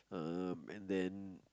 um and then